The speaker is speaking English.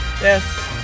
Yes